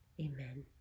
Amen